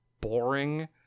boring